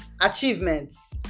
achievements